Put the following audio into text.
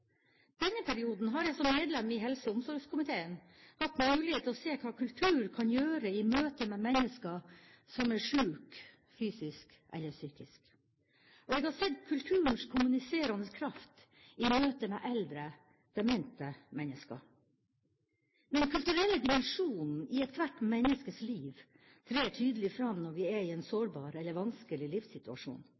Denne perioden har jeg som medlem i helse- og omsorgskomiteen hatt mulighet til å se hva kultur kan gjøre i møte med mennesker som er sjuke, fysisk eller psykisk. Jeg har sett kulturens kommuniserende kraft i møtet med eldre demente mennesker. Den kulturelle dimensjonen i ethvert menneskes liv trer tydelig fram når vi er i en sårbar eller vanskelig livssituasjon.